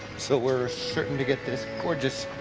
so we're certain to get this gorgeous,